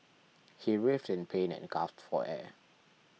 he writhed in pain and gasped for air